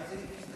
מתי זה יסתיים?